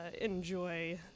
enjoy